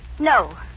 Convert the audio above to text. No